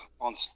on